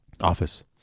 office